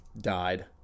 died